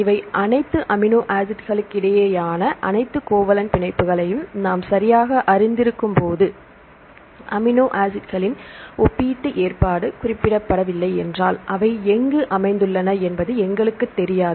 இவை அனைத்து அமினோ ஆசிட்களுக்கிடையேயான அனைத்து கோவலன்ட் பிணைப்புகளையும் நாம் சரியாக அறிந்திருக்கும்போது அமினோ ஆசிட்களின் ஒப்பீட்டு ஏற்பாடு குறிப்பிடப்படவில்லை என்றால் அவை எங்கு அமைந்துள்ளன என்பது எங்களுக்குத் தெரியாது